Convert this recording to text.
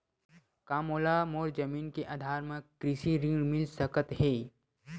का मोला मोर जमीन के आधार म कृषि ऋण मिल सकत हे?